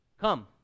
come